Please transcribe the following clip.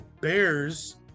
Bears